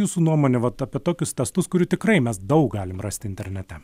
jūsų nuomone vat apie tokius testus kurių tikrai mes daug galim rasti internete